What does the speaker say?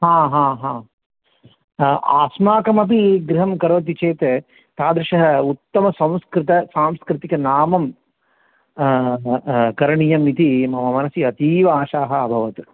हा हा हा अस्माकमपि गृहं करोति चेत् तादृशः उत्तमसंस्कृत सांस्कृतिकनाम करणीयमिति मम मनसि अतीव आशाः अभवत्